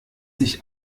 sich